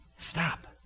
stop